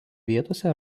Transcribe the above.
vietose